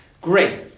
Great